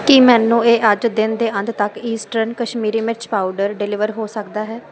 ਕੀ ਮੈਨੂੰ ਇਹ ਅੱਜ ਦਿਨ ਦੇ ਅੰਤ ਤੱਕ ਇਸਟਰਨ ਕਸ਼ਮੀਰੀ ਮਿਰਚ ਪਾਊਡਰ ਡਿਲੀਵਰ ਹੋ ਸਕਦਾ ਹੈ